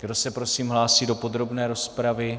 Kdo se prosím hlásí do podrobné rozpravy?